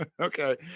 okay